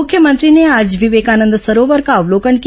मुख्यमंत्री ने आज विवेकानंद सरोवर का अवलोकन किया